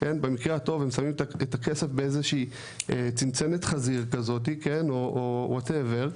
במקרה הטוב הם שמים את הכסף באיזושהי צנצנת חזיר כזאת או whatever,